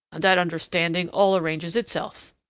on that understanding all arranges itself.